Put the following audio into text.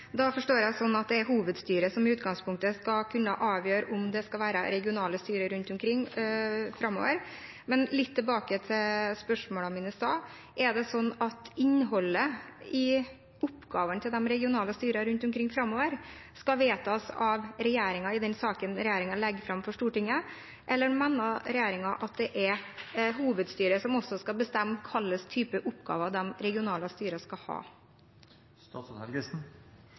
Da forstår jeg det sånn at det er hovedstyret som i utgangspunktet skal kunne avgjøre om det skal være regionale styrer rundt omkring framover. Men litt tilbake til spørsmålene mine i stad: Er det sånn at innholdet i oppgavene til de regionale styrene rundt omkring framover skal vedtas av regjeringen i den saken regjeringen legger fram for Stortinget? Eller mener regjeringen at det er hovedstyret som også skal bestemme hva slags typer oppgaver de regionale styrene skal